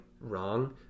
wrong